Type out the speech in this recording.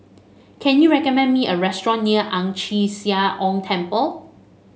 can you recommend me a restaurant near Ang Chee Sia Ong Temple